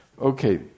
Okay